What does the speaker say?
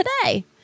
today